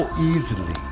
easily